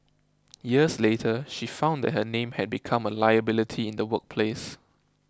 years later she found that her name had become a liability in the workplace